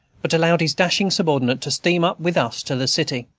but allowed his dashing subordinate to steam up with us to the city.